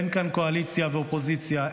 אין כאן קואליציה ואופוזיציה,